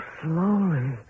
slowly